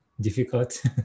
difficult